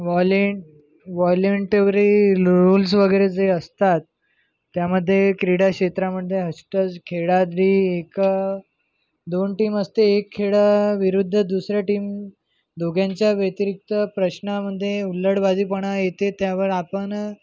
वॉलेंट voluntary rules वगैरे जे असतात त्यामध्ये क्रीडाक्षेत्रामध्ये खेळातली एक दोन टीम असते एक खेळाविरूद्ध दुसऱ्या टीम दोघांच्या व्यतिरिक्त प्रश्नामध्ये हुल्लडबाजी पणा येते त्यावर आपण